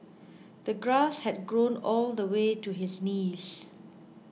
the grass had grown all the way to his knees